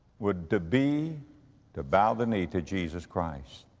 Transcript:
would to be to bow the knee to jesus christ.